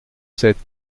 sept